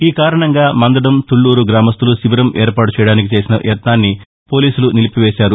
ఈ కారణంగా మందడం తుక్బూరు గ్రామస్తులు శిబిరం ఏర్పాటు చేయడానికి చేసిన యత్నాన్ని పోలీసులు నిలిపివేశారు